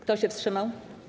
Kto się wstrzymał?